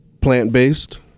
plant-based